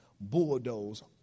bulldoze